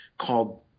called